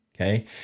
Okay